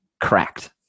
cracked